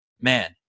man